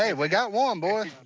ah we got one, boys.